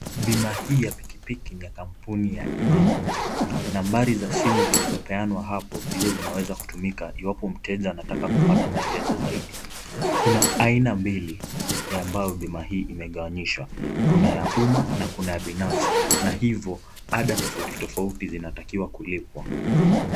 Bima hii ya pikipiki ya kampuni ya Imana. Nambari za simu zilizopeanwa hapo ndizo zinaweza kutumika iwapo mteja anataka kupata maelezo zaidi. Kuna aina mbili ambayo bima hii imegawanyishwa: kuna ya umma na kuna ya binafsi, na hivyo ada tofauti tofauti zinatakiwa kulipwa.